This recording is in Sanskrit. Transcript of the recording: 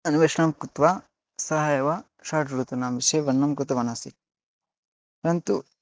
अन्वेषणं कृत्वा सः एव षड्ऋतूनां विषये वर्णनं कृतवानस्ति परन्तु